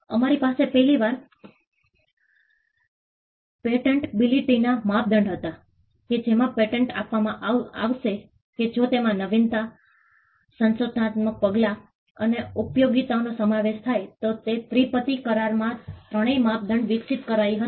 અમારી પાસે પહેલીવાર પેટન્ટબિલિટીનાં માપદંડ હતા કે જેમાં પેટન્ટ આપવામાં આવશે કે જો તેમાં નવીનતા સંશોધનાત્મક પગલાં અને ઉપયોગિતાનો સમાવેશ થાય તો તે ત્રિપતિ કરારમાં ત્રણેય માપદંડ વિકસિત કરાઈ હતી